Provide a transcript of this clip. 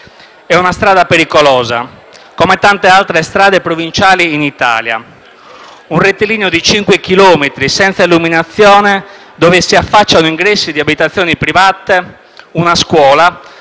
È una strada pericolosa, come tante altre strade provinciali in Italia: un rettilineo di 5 chilometri senza illuminazione, dove si affacciano ingressi di abitazioni private, una scuola,